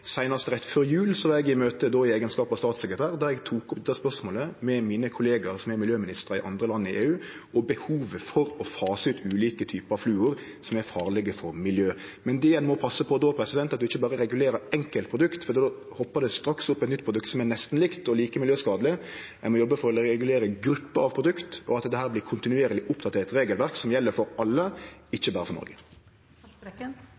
rett før jul var eg i møte – då i eigenskap av statssekretær – der eg tok opp dette spørsmålet med mine kollegaer som er miljøministrar i andre land i EU, og behovet for å fase ut ulike typar fluor som er farlege for miljøet. Det ein må passe på då, er at ein ikkje berre regulerer enkeltprodukt, for då poppar det straks opp eit nytt produkt som er nesten likt og like miljøskadeleg. Ein må jobbe for å regulere grupper av produkt, og for at dette vert kontinuerleg oppdaterte regelverk som gjeld for alle,